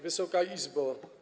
Wysoka Izbo!